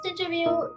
interview